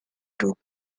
took